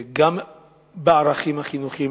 בערכים החינוכיים,